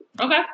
Okay